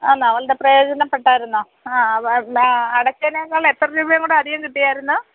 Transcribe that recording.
ആന്നാ വളരെ പ്രയോജനപ്പെട്ടായിരുന്നോ ആ അടച്ചതിനെക്കാളും എത്ര രൂപേം കൂടെ അധികം കിട്ടി ആയിരുന്നു